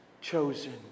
chosen